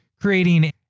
creating